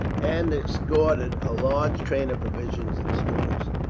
and escorted a large train of provisions and stores.